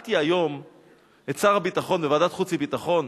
שאלתי היום את שר הביטחון בוועדת החוץ והביטחון: